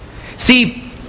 see